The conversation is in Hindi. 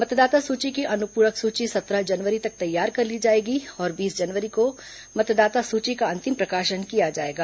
मतदाता सूची की अनुपूरक सूची सत्रह जनवरी तक तैयार कर ली जाएगी और बीस जनवरी को मतदाता सूची का अंतिम प्रकाशन किया जाएगा